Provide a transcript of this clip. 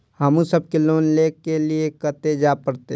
हमू सब के लोन ले के लीऐ कते जा परतें?